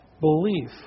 belief